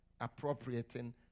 Appropriating